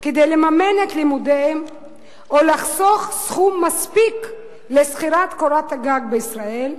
כדי לממן את לימודיהם או לחסוך סכום מספיק לשכירת קורת-גג בישראל,